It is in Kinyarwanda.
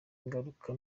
ngaruka